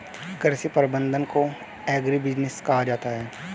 कृषि प्रबंधन को एग्रीबिजनेस कहा जाता है